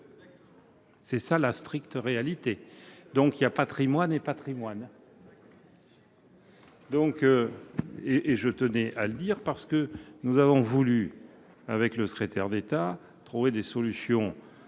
C'est la stricte réalité. Il y a patrimoine et patrimoine ... Je tenais à le dire, car nous avons voulu, avec M. le secrétaire d'État, trouver des solutions